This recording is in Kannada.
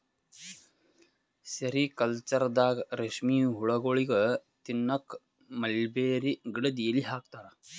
ಸೆರಿಕಲ್ಚರ್ದಾಗ ರೇಶ್ಮಿ ಹುಳಗೋಳಿಗ್ ತಿನ್ನಕ್ಕ್ ಮಲ್ಬೆರಿ ಗಿಡದ್ ಎಲಿ ಹಾಕ್ತಾರ